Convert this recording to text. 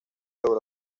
logró